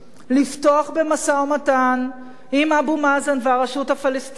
לפתוח במשא-ומתן עם אבו מאזן והרשות הפלסטינית.